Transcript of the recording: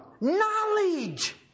Knowledge